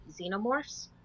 Xenomorphs